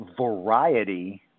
variety